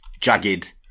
jagged